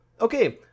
okay